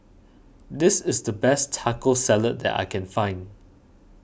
this is the best Taco Salad that I can find